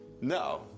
No